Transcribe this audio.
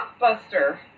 Blockbuster